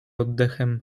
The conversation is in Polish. oddechem